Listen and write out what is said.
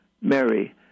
Mary